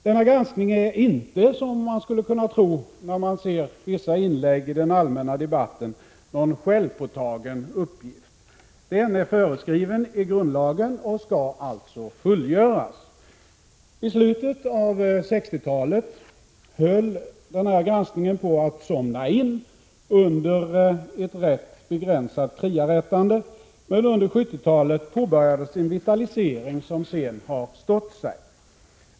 Denna granskning är inte — som man skulle kunna tro när man ser vissa inlägg i den allmänna debatten — någon självpåtagen uppgift, utan den är föreskriven i grundlagen och skall alltså fullgöras. I slutet av 60-talet höll granskningen på att somna in, under ett rätt begränsat kriarättande, men under 70-talet påbörjades en vitalisering som sedan har stått sig.